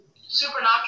Supernatural